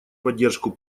поддержку